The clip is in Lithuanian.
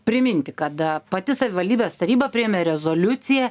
priminti kad pati savivaldybės taryba priėmė rezoliuciją